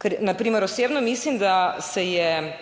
Ker na primer osebno mislim, da se je,